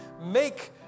Make